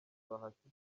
bahati